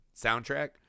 soundtrack